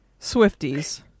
Swifties